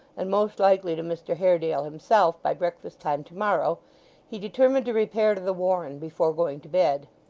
and most likely to mr haredale himself, by breakfast-time to-morrow he determined to repair to the warren before going to bed.